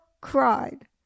cried